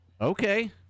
okay